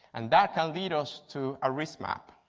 and that can lead us to a risk map.